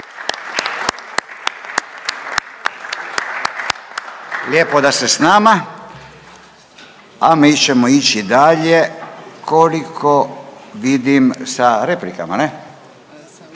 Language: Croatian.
Lijepo da ste sa nama. A mi ćemo ići dalje koliko vidim sa replikama. Ne?